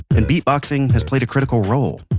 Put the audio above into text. and beatboxing has played a critical role.